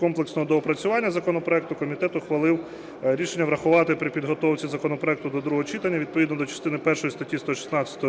комплексного доопрацювання законопроекту, комітет ухвалив рішення врахувати при підготовці законопроекту до другого читання відповідно до частини першої статті 116